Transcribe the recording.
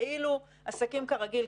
כאילו עסקים כרגיל,